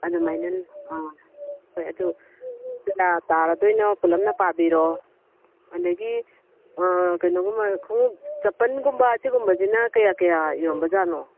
ꯑꯗꯨꯃꯥꯏꯅ ꯑꯥ ꯍꯣꯏ ꯑꯗꯨ ꯀꯌꯥ ꯇꯥꯔꯗꯣꯏꯅꯣ ꯄꯨꯂꯞꯅ ꯄꯥꯕꯤꯔꯣ ꯑꯗꯒꯤ ꯀꯩꯅꯣꯒꯨꯝꯕ ꯈꯣꯡꯎꯞ ꯆꯄꯟꯒꯨꯝꯕ ꯑꯁꯤꯒꯨꯝꯕꯁꯤꯅ ꯀꯌꯥ ꯀꯌꯥ ꯌꯣꯟꯕꯖꯥꯠꯅꯣ